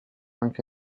anche